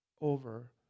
over